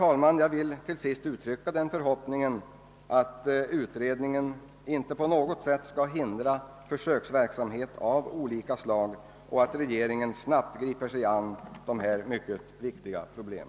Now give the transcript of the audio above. Till sist vill jag, herr talman, uttrycka den förhoppningen att utredningen inte på något sätt skall hindra försöksverksamhet av olika slag och att regeringen snabbt griper sig an dessa mycket viktiga problem.